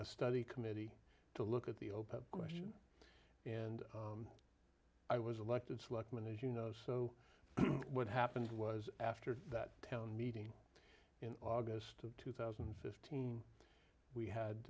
a study committee to look at the open question and i was elected selectman as you know so what happened was after that town meeting in august of two thousand and fifteen we had